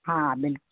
हाँ बिल्कुल